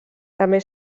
també